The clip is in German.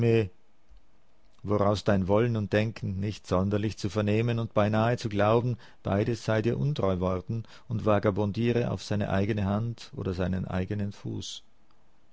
woraus dein wollen und denken nicht sonderlich zu vernehmen und beinahe zu glauben beides sei dir untreu worden und vagabondiere auf seine eigene hand oder seinen eignen fuß